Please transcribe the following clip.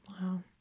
wow